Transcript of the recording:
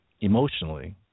emotionally